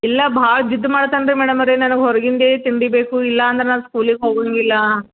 ಇಲ್ಲ ಭಾಳ ಜಿದ್ದು ಮಾಡ್ತಾನೆ ರೀ ಮೇಡಮ್ ಅವರೆ ನನಗೆ ಹೊರಗಿಂದೇ ತಿಂಡಿ ಬೇಕು ಇಲ್ಲ ಅಂದ್ರೆ ನಾನು ಸ್ಕೂಲಿಗೆ ಹೋಗೋಂಗಿಲ್ಲ